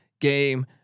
game